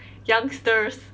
youngsters